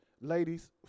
ladies